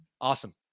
Awesome